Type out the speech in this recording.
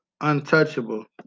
untouchable